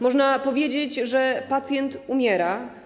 Można powiedzieć, że pacjent umiera.